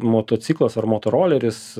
motociklas ar motoroleris